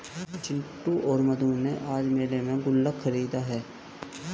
चिंटू और मधु ने आज मेले में गुल्लक खरीदा है